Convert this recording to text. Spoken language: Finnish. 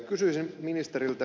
kysyisin ministeriltä